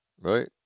right